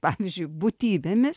pavyzdžiui būtybėmis